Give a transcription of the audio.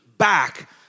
Back